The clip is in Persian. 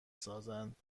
سازند